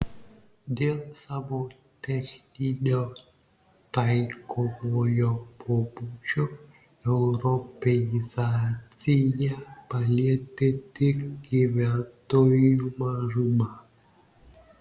dėl savo techninio taikomojo pobūdžio europeizacija palietė tik gyventojų mažumą